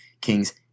Kings